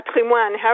patrimoine